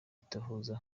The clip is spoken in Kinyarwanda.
itohoza